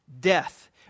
death